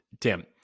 Tim